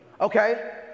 Okay